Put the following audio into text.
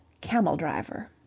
camel-driver